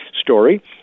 story